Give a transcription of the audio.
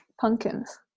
pumpkins